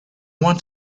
want